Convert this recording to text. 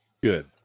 good